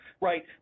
right